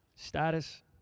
Status